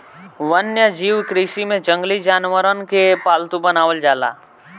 वन्यजीव कृषि में जंगली जानवरन के पालतू बनावल जाला